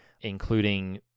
including